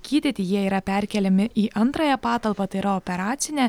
gydyti jie yra perkeliami į antrąją patalpą tai yra operacinę